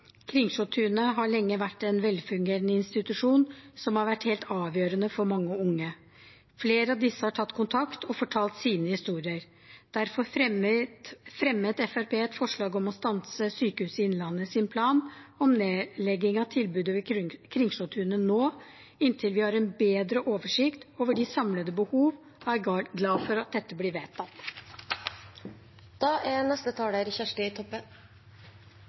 Kringsjåtunet har lenge vært en velfungerende institusjon som har vært helt avgjørende for mange unge. Flere av disse har tatt kontakt og fortalt sine historier. Derfor fremmet Fremskrittspartiet et forslag om å stanse Sykehuset Innlandet sin plan om nedlegging av tilbudet ved Kringsjåtunet nå, inntil vi har en bedre oversikt over det samlede behovet. Jeg er glad for at dette blir vedtatt.